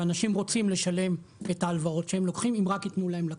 ואנשים רוצים לשלם את ההלוואות שהם לוקחים אם רק ייתנו להם לקחת.